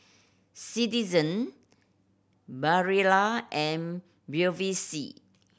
Citizen Barilla and Bevy C